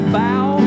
bow